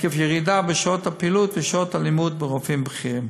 עקב ירידה בשעות הפעילות ושעות הלימוד מרופאים בכירים.